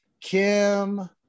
Kim